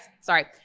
Sorry